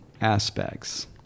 aspects